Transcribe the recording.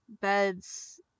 beds